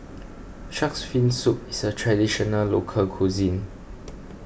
Shark's Fin Soup is a Traditional Local Cuisine